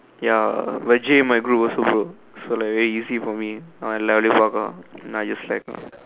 ya but Jay in my group also bro so like very easy for me then I just slack ah